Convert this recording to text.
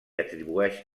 atribueix